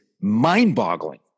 mind-boggling